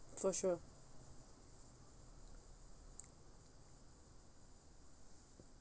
for sure